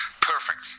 perfect